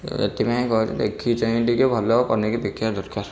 ଏଥିପାଇଁ କହିବି ଦେଖିକି ଚାହିଁକି ଟିକିଏ ଭଲ ପନିକି ଦେଖିବା ଦରକାର